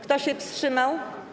Kto się wstrzymał?